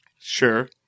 Sure